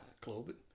clothing